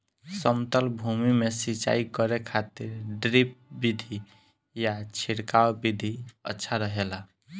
समतल भूमि में सिंचाई करे खातिर ड्रिप विधि या छिड़काव विधि अच्छा रहेला?